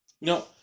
No